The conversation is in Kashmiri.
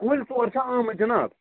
کُلۍ ژور چھا آمٕتۍ جِناب